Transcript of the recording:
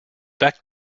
back